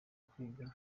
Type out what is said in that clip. kwiga